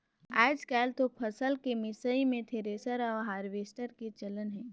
आयज कायल तो फसल के मिसई मे थेरेसर अउ हारवेस्टर के चलन हे